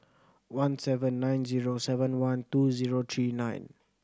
one seven nine zero seven one two zero three nine